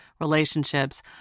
relationships